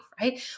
right